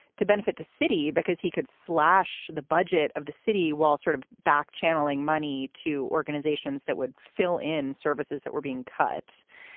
to benefit the city, because he could slash the budget of the city wall sort of back channeling money to organizations that would fill in services that were being cut.